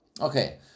Okay